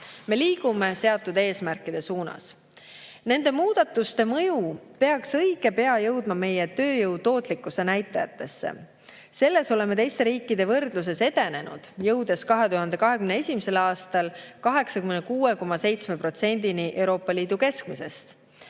Me liigume seatud eesmärkide suunas. Nende muudatuste mõju peaks õige pea jõudma meie tööjõu tootlikkuse näitajatesse. Selles oleme teiste riikide võrdluses edenenud, jõudes 2021. aastal 86,7%-ni Euroopa Liidu keskmisest.